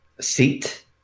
seat